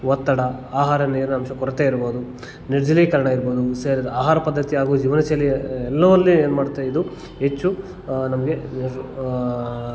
ಒತ್ತಡ ಆಹಾರ ನೀರಿನಾಂಶ ಕೊರತೆ ಇರ್ಬೋದು ನಿರ್ಜಲೀಕರಣ ಇರ್ಬೋದು ಸರ್ಯಾದ ಆಹಾರ ಪದ್ಧತಿ ಹಾಗೂ ಜೀವನ ಶೈಲಿ ಎಲ್ಲವಲ್ಲಿ ಏನು ಮಾಡುತ್ತೆ ಇದು ಹೆಚ್ಚು ನಮಗೆ